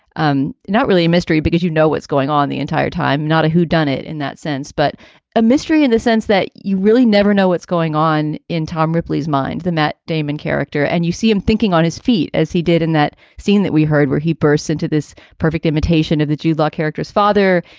um not really a mystery because you know what's going on the entire time. not a whodunit in that sense, but a mystery in the sense that you really never know what's going on in tom ripley's mind, the matt damon character. and you see him thinking on his feet, as he did in that scene that we heard, where he burst into this perfect imitation of the july character's father.